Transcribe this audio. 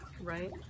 right